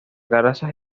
gracias